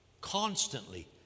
Constantly